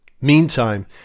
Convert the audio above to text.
Meantime